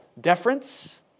deference